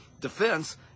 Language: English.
defense